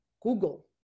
Google